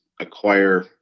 acquire